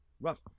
rough